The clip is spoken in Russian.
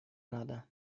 надо